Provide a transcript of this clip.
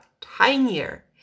tinier